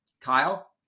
Kyle